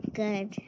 good